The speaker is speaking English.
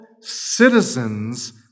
citizens